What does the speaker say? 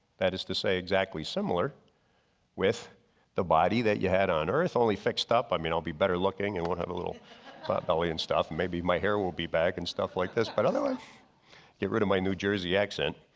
that is to say exactly similar with the body that you had on earth only fixed up. i mean i'll be better looking and won't have a little potbelly and stuff and maybe my hair will be back and stuff like this, but otherwise get rid of my new jersey accent,